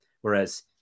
Whereas